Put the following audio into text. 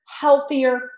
healthier